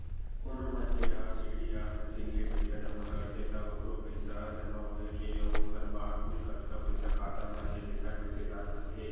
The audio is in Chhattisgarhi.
कोनो मनखे ह सीडीआर मसीन ले पइसा जमा करथे त ओखरो पइसा जमा होए के अउ ओखर बाद कुल कतका पइसा खाता म हे तेखर मेसेज आ जाथे